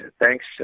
thanks